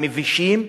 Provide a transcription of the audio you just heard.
המבישים,